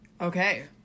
Okay